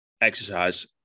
exercise